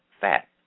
Fat